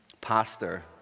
Pastor